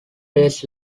days